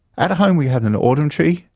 at home we had an autumn tree,